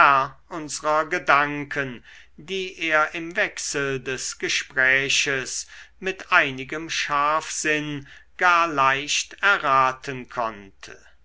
gedanken die er im wechsel des gespräches mit einigem scharfsinn gar leicht erraten konnte